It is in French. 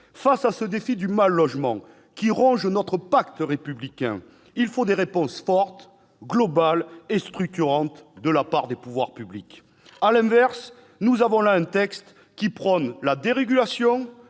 Face à ce défi du mal-logement, qui ronge notre pacte républicain, il faut des réponses fortes, globales et structurantes de la part des pouvoirs publics. À l'inverse, nous avons là un texte qui prône la dérégulation,